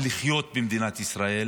להגיד לך את האמת,